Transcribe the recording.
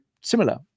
similar